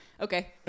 okay